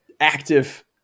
active